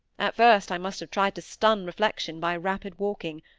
at first i must have tried to stun reflection by rapid walking,